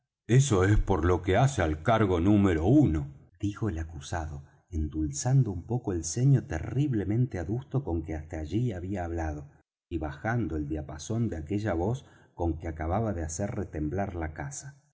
eso es por lo que hace al cargo número uno dijo el acusado endulzando un poco el ceño terriblemente adusto con que hasta allí había hablado y bajando el diapasón de aquella voz con que acababa hacer retemblar la casa